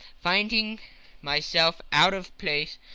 finding myself out of place,